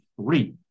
three